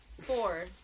Four